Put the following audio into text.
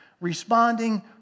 responding